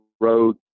road